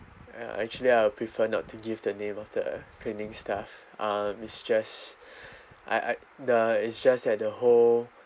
ya actually I would prefer not to give the name of the cleaning staff um it's just I ac~ the is just that the whole